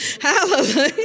Hallelujah